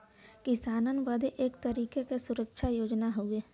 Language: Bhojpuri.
किसानन बदे एक तरीके के सुरक्षा योजना हउवे